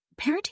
parenting